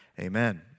Amen